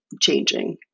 changing